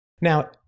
Now